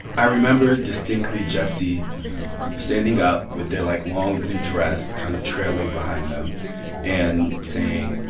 i remember distinctly jesse standing up with their, like, long blue dress kind of trailing behind them and saying,